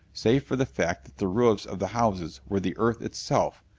save for the fact that the roofs of the houses were the earth itself,